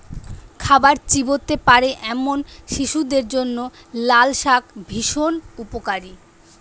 খাবার চিবোতে পারে এমন শিশুদের জন্য লালশাক ভীষণ উপকারী